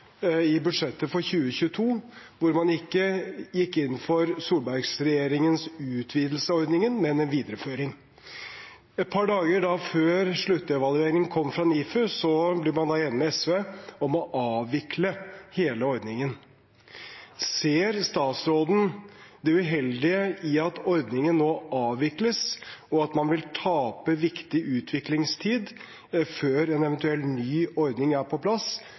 i budsjettet for 2022, hvor man ikke gikk inn for Solberg-regjeringens utvidelse av ordningen, men en videreføring. Et par dager før sluttevalueringen kom fra NIFU, ble man enig med SV om å avvikle hele ordningen. Ser statsråden det uheldige i at ordningen nå avvikles, og at man vil tape viktig utviklingstid før en eventuell ny ordning er på plass,